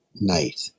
night